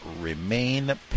remain